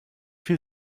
viel